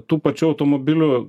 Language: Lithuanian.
tų pačių automobilių